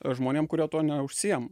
žmonėm kurie tuo neužsiima